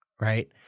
right